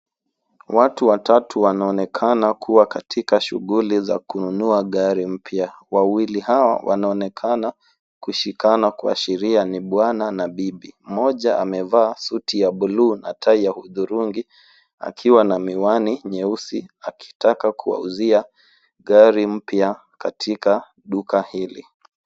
Watu watatu wanaonekana kuwa katika shughuli za kununua gari mpya. Wawili hawa wanaonekana kushikana kuashiria ni bwana na bibi. Moja amevaa suti ya buluu na tai ya hudhurungi akiwa na miwani nyeusi akitaka kuwauzia gari mpya katika duka hili.